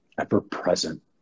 ever-present